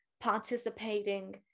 participating